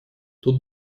тут